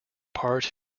part